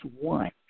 one